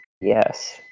Yes